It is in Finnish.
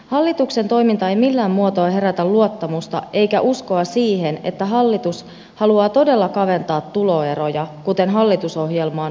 hallituksen toiminta ei millään muotoa herätä luottamusta eikä uskoa siihen että hallitus haluaa todella kaventaa tuloeroja kuten hallitusohjelmaan on kirjattu